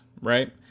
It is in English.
right